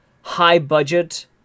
high-budget